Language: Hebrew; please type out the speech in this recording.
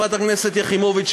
חברת הכנסת יחימוביץ,